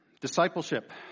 Discipleship